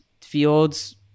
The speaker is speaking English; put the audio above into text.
fields